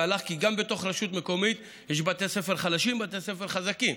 כי גם בתוך רשות מקומית יש בתי ספר חלשים ובתי ספר חזקים.